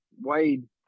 Wade